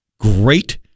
great